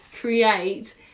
create